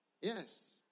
Yes